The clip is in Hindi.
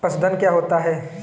पशुधन क्या होता है?